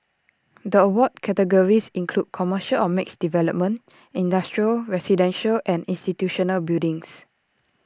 the award categories include commercial or mixed development industrial residential and institutional buildings